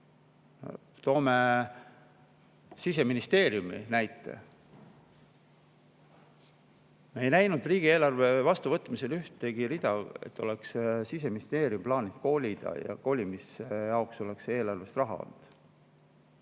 Toome Siseministeeriumi näite. Me ei näinud riigieelarve vastuvõtmisel ühtegi rida selle kohta, et Siseministeerium oleks plaaninud kolida ja kolimise jaoks oleks eelarves raha olnud.